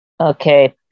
okay